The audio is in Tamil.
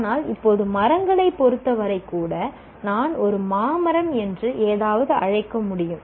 ஆனால் இப்போது மரங்களைப் பொறுத்தவரை கூட நான் ஒரு மா மரம் என்று ஏதாவது அழைக்க முடியும்